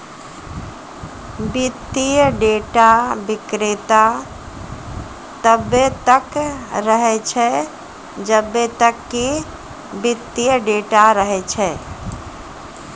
वित्तीय डेटा विक्रेता तब्बे तक रहै छै जब्बे तक कि वित्तीय डेटा रहै छै